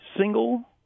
single